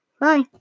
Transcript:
Bye